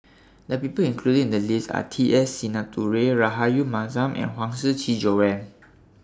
The People included in The list Are T S Sinnathuray Rahayu Mahzam and Huang Shiqi Joan